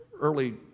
early